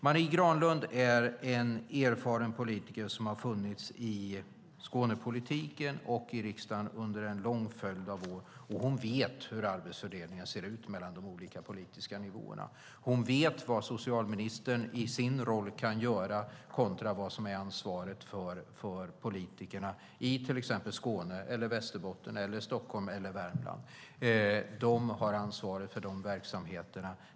Marie Granlund är en erfaren politiker som funnits med i Skånepolitiken och i riksdagen under en lång följd av år. Hon vet hur arbetsfördelningen ser ut mellan de olika politiska nivåerna. Hon vet vad socialministern i sin roll kan göra kontra vad som är ansvaret för politikerna i exempelvis Skåne, Västerbotten, Stockholm och Värmland. De har ansvaret för dessa verksamheter.